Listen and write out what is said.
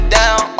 down